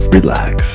Relax